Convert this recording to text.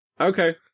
Okay